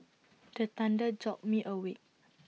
the thunder jolt me awake